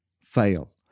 fail